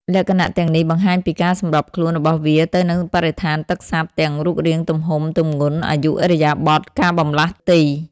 លក្ខណៈទាំងនេះបង្ហាញពីការសម្របខ្លួនរបស់វាទៅនឹងបរិស្ថានទឹកសាបទាំង រូបរាង ទំហំ ទម្ងន់ អាយុ ឥរិយាបថ ការបម្លាស់ទី។